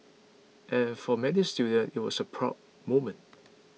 and for many students it was a proud moment